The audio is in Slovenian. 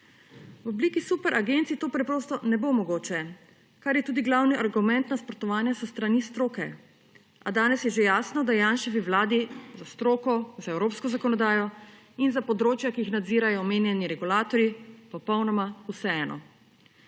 V obliki superagancij to preprosto ne bo mogoče, kar je tudi glavni argument nasprotovanja s strani stroke, a danes je že jasno, da je Janševi vladi za stroko, za evropsko zakonodajo in za področja, ki jih nadzirajo omenjeni regulatorji, popolnoma vseeno.